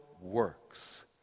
works